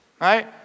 right